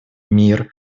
мир